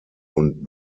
und